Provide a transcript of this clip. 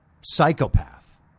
psychopath